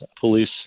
police